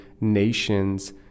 nations